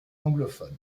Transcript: anglophones